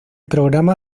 programa